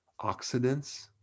oxidants